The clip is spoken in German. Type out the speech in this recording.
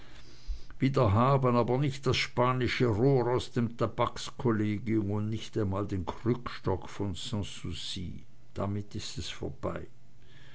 wiederhaben aber nicht das spanische rohr aus dem tabakskollegium und nicht einmal den krückstock von sanssouci damit ist es vorbei